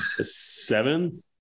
Seven